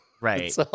Right